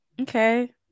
Okay